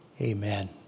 amen